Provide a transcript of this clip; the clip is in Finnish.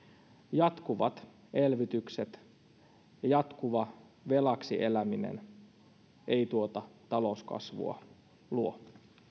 jatkuvat elvytykset ja jatkuva velaksi eläminen eivät tuota talouskasvua luo